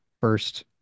first